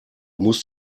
musst